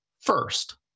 first